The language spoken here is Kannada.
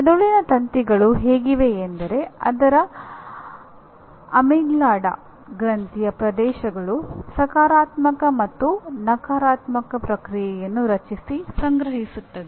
ಮೆದುಳಿನ ತಂತಿಗಳು ಹೇಗಿವೆಯೆಂದರೆ ಅದರ ಅಮಿಗ್ಡಾಲಾ ಗ್ರಂಥಿಯ ಪ್ರದೇಶಗಳು ಸಕಾರಾತ್ಮಕ ಅಥವಾ ನಕಾರಾತ್ಮಕ ಪ್ರತಿಕ್ರಿಯೆಯನ್ನು ರಚಿಸಿ ಸಂಗ್ರಹಿಸುತ್ತದೆ